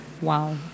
Wow